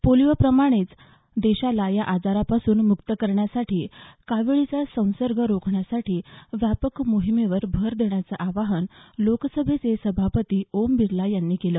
पोलिओप्रमाणेच देशाला या आजारापासून मुक्त करण्यासाठी काविळीचा संसर्ग रोखण्यासाठी व्यापक मोहिमेवर भर देण्याचं आवाहन लोकसभेचे सभापती ओम बिर्ला यांनी केलं